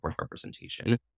representation